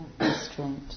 Restraint